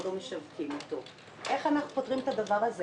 לא משווקים אותו איך אנחנו פותרים את הדבר הזה?